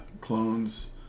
clones